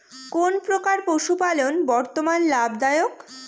কোন প্রকার পশুপালন বর্তমান লাভ দায়ক?